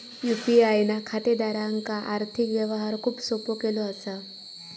UPI ना खातेदारांक आर्थिक व्यवहार खूप सोपो केलो असा